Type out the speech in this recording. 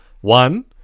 One